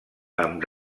amb